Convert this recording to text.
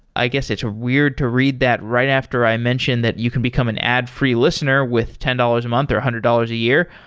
i guess it's weird to read that right after i mention that you can become an ad free listener with ten dollars a month or one hundred dollars a year,